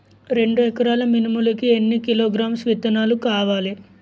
రెండు ఎకరాల మినుములు కి ఎన్ని కిలోగ్రామ్స్ విత్తనాలు కావలి?